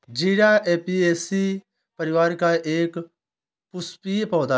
जीरा ऍपियेशी परिवार का एक पुष्पीय पौधा है